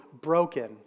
broken